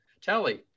telly